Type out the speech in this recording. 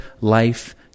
life